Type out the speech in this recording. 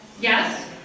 Yes